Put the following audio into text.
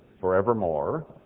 forevermore